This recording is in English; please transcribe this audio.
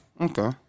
Okay